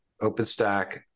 openstack